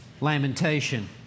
lamentation